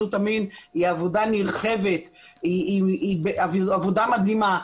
עבריינות המין היא עבודה נרחבת, היא עבודה מדהימה.